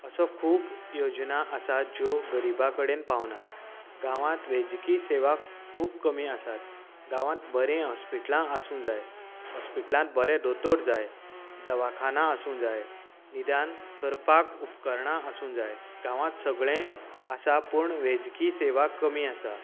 असो खूब योजना आसा ज्यो गरिबा कडेन पावनात गांवांत वैजकीय सेवा खूब कमी आसात गांवात बरें हाॅस्पिटलां आसूंक जाय हस्पिटलांत बरें दोतोर जाय दवाखाना आसूंक जाय निदान करपाक उपकरणां आसूंक जाय गांवांत सगळें आसा पूण वैजकी सेवा कमी आसा